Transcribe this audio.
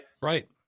right